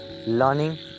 learning